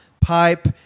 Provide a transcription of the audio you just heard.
pipe